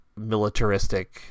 militaristic